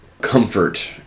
comfort